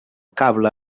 cable